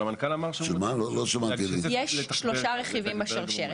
בנושא הזה יש כרגע דבר שהוא שריפה שירותית ושרירותית.